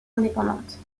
indépendante